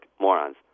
morons